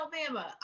Alabama